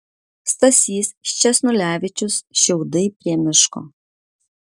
stasys sčesnulevičius šiaudai prie miško